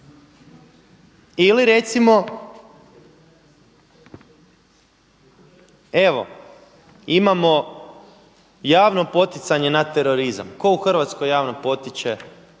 Ili recimo, evo imamo javno poticanje na terorizam. Tko u Hrvatskoj javno potiče